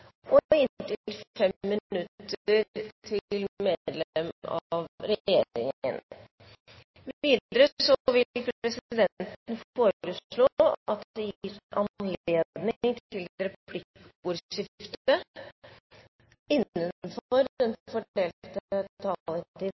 og fordeles med inntil 5 minutter til hvert parti og inntil 5 minutter til medlem av regjeringen. Videre vil presidenten foreslå at det gis anledning til replikkordskifte